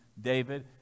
David